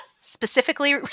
specifically